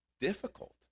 difficult